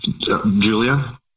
Julia